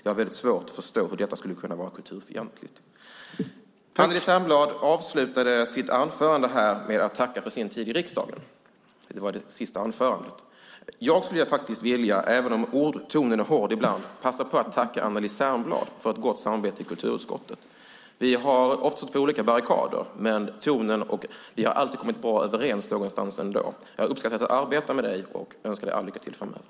Jag har väldigt svårt att förstå hur detta skulle kunna vara kulturfientligt. Anneli Särnblad avslutade sitt anförande med att tacka för sin tid i riksdagen. Det var det sista anförandet. Jag skulle vilja, även om tonen är hård ibland, passa på att tacka Anneli Särnblad för ett gott samarbete i kulturutskottet. Vi har ofta stått på olika barrikader, men vi har alltid kommit bra överens någonstans ändå. Jag har uppskattat att arbeta med dig och önskar dig lycka till framöver.